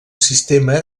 sistema